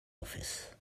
office